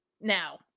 now